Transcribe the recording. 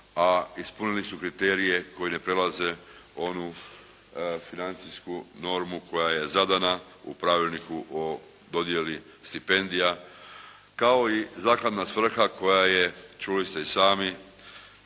a ispunili su kriterije koji ne prelaze onu financijsku normu koja je zadana u Pravilniku o dodjeli stipendija kao i zakladna svrha koja je, čuli ste i sami,